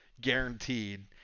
guaranteed